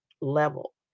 level